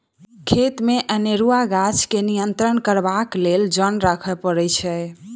खेतमे अनेरूआ गाछ के नियंत्रण करबाक लेल जन राखय पड़ैत छै